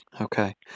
Okay